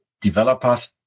developers